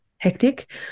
hectic